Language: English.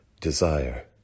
desire